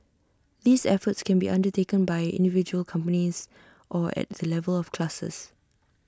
these efforts can be undertaken by individual companies or at the level of clusters